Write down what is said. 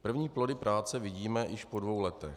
První plody práce vidíme již po dvou letech.